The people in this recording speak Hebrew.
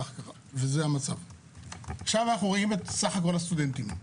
עכשיו אנחנו רואים את סך כל הסטודנטים.